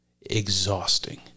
exhausting